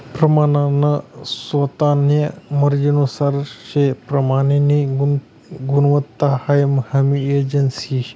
प्रमानन स्वतान्या मर्जीनुसार से प्रमाननी गुणवत्ता हाई हमी एजन्सी शे